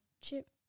chip